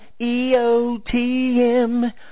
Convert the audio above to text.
EOTM